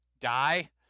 die